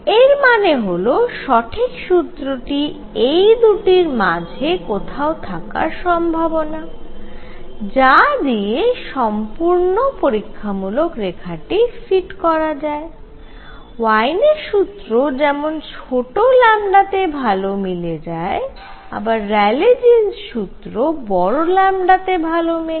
এর মানে হল সঠিক সূত্রটি এই দুটির মাঝে কোথাও থাকার সম্ভাবনা যা দিয়ে সম্পূর্ণ পরীক্ষামূলক রেখাটি ফিট করা যায় ওয়েইনের সূত্র যেমন ছোট λ তে ভাল মিলে যায় আবার র্যালে জীন্স সূত্র বড় λ তে ভাল মেলে